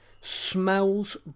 smells